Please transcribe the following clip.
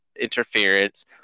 interference